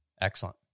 Excellent